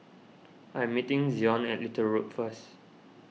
I am meeting Zion at Little Road first